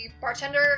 bartender